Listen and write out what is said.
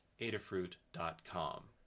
adafruit.com